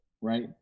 right